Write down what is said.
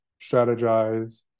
strategize